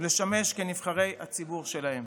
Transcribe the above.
לשמש כנבחרי הציבור שלהם,